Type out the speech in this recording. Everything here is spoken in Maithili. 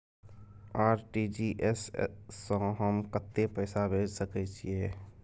आर.टी.जी एस स हम कत्ते पैसा भेज सकै छीयै?